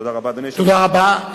תודה רבה,